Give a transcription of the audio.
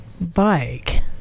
bike